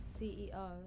CEO